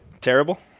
terrible